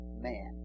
man